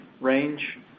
range